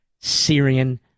Syrian